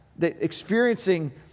experiencing